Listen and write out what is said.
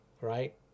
right